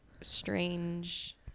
strange